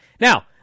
Now